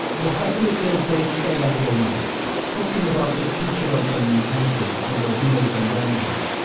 mohatle ah says they stayed up all night talking about the future of their new country over beers and brandys.